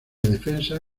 defensa